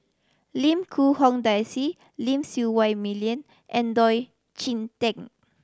Lim Quee Hong Daisy Lim Siew Wai Million and Oon Jin Teik